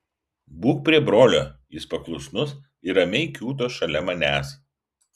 būk prie brolio jis paklusnus ir ramiai kiūto šalia manęs